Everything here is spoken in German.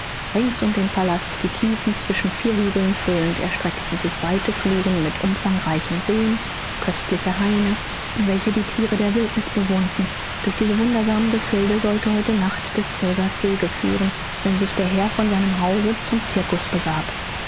rings um den palast die tiefen zwischen vier hügeln füllend erstreckten sich weite fluren mit umfangreichen seen köstliche haine welche die thiere der wildniß bewohnten durch diese wundersamen gefilde sollte heute nacht des cäsars weg führen wenn sich der herr von seinem hause zum cirkus begab